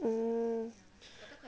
I cannot leh I will be very